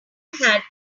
had